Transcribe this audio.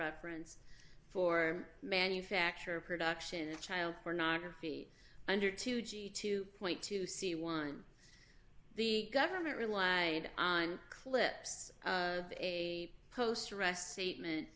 reference for manufacture production of child pornography under two g two point two see one the government rely on clips a post arrest statement